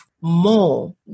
more